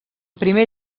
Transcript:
primer